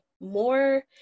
more